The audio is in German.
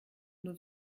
nur